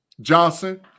Johnson